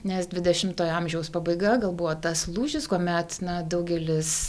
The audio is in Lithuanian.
nes dvidešimtojo amžiaus pabaiga gal buvo tas lūžis kuomet na daugelis